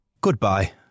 Goodbye